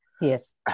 Yes